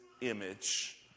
image